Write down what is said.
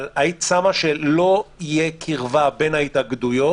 שלא תהיה קרבה בין ההתאגדויות,